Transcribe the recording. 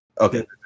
Okay